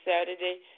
Saturday